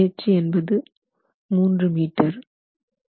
5 H என்பது 3 metre ஆகும்